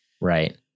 Right